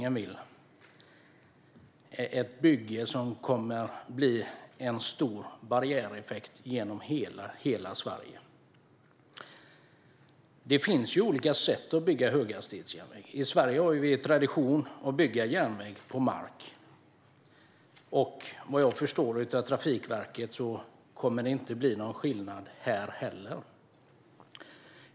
Och det är ett bygge som kommer att leda till en stor barriäreffekt genom hela Sverige. Det finns olika sätt att bygga höghastighetsjärnväg på. I Sverige bygger vi av tradition järnväg på mark. Vad jag förstår av Trafikverket kommer det inte att bli någon skillnad nu.